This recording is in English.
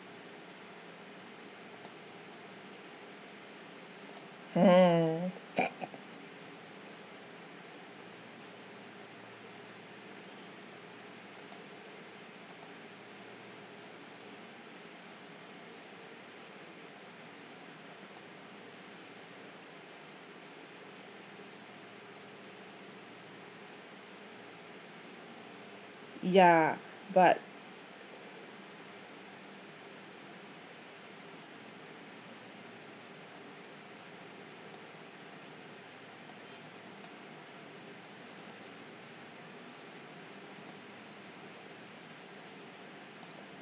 hmm ya but